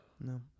No